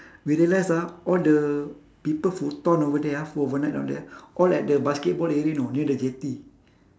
we realise ah all the people who ton over there ah who overnight down there ah all at the basketball area know near the jetty